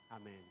Amen